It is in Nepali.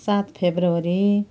सात फेब्रुअरी